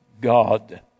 God